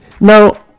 now